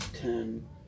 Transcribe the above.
ten